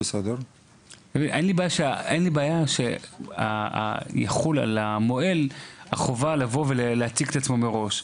אין לי בעיה שיחול על המוהל החובה לבוא ולהציג את עצמו מראש,